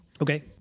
Okay